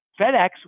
FedEx